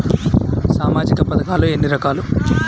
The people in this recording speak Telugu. సామాజిక పథకాలు ఎన్ని రకాలు?